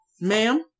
Ma'am